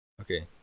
Okay